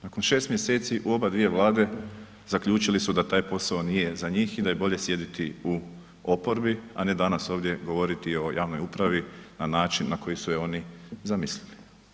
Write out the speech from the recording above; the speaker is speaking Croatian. Nakon 6. mjeseci u obadvije Vlade zaključili su da taj posao nije za njih i da je bolje sjediti u oporbi, a ne danas ovdje govoriti o javnoj upravi na način na koji su je oni zamislili.